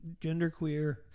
genderqueer